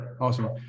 Awesome